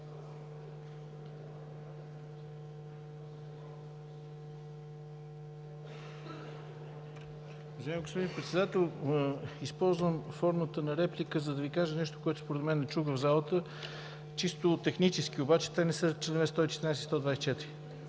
Уважаеми господин Председател, използвам формата на реплика, за да Ви кажа нещо, което според мен не чух в залата. Чисто технически обаче те не са чл. 114, 124,